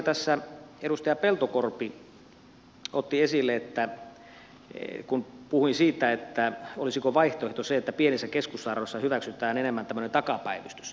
tässä edustaja peltokorpi otti esille sen kun puhuin siitä olisiko vaihtoehto se että pienissä keskussairaaloissa hyväksytään enemmän tämmöinen takapäivystys